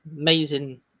amazing